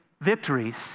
victories